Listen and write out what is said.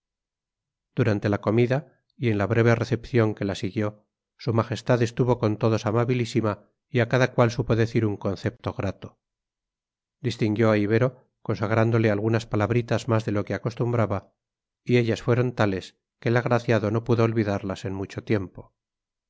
durante la comida y en la breve recepción que la siguió su majestad estuvo con todos amabilísima y a cada cual supo decir un concepto grato distinguió a ibero consagrándole algunas palabritas más de lo que acostumbraba y ellas fueron tales que el agraciado no pudo olvidarlas en mucho tiempo